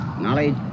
knowledge